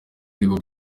ariko